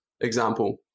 example